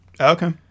okay